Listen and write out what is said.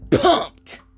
pumped